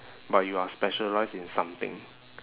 but you are specialised in something